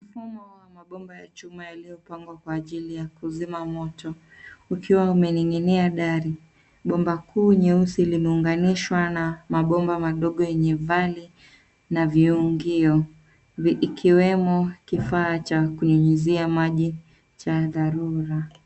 Mfumo wa mabomba ya chuma yaliyopangwa kwa ajili ya kuzima moto ukiwa umening'inia dari. Bomba kuu nyeusi limeunganishwa na mabomba madogo yenye vali na viungio, ikiwemo kifaa cha kunyunyizia maji cha dharura.